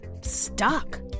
stuck